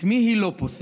את מי היא לא פוסלת?